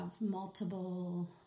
multiple